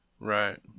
Right